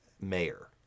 mayor